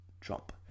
Trump